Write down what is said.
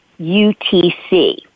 UTC